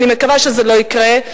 ואני מקווה שזה לא יקרה,